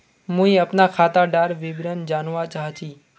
मुई अपना खातादार विवरण जानवा चाहची?